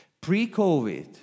pre-covid